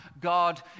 God